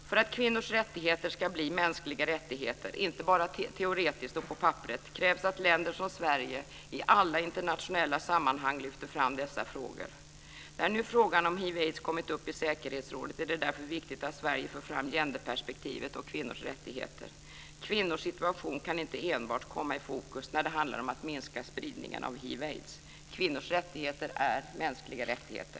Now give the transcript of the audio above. För att kvinnors rättigheter ska bli mänskliga rättigheter, inte bara teoretiskt och på papperet, krävs att länder som Sverige i alla internationella sammanhang lyfter fram dessa frågor. När nu frågan om hiv aids. Kvinnors rättigheter är mänskliga rättigheter!